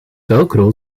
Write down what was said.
velcro